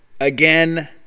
Again